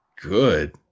Good